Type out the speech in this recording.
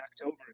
October